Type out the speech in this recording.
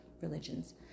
religions